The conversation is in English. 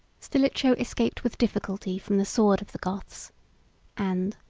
stilicho escaped with difficulty from the sword of the goths and,